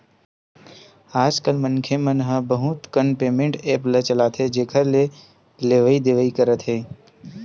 आजकल मनखे मन ह बहुत कन पेमेंट ऐप्स ल चलाथे जेखर ले लेवइ देवइ करत हे